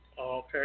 okay